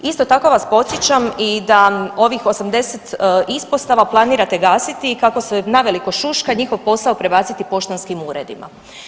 Isto tako vas podsjećam i da ovih 80 ispostava planirate gasiti i kako se naveliko šuška njihov posao prebaciti poštanskim uredima.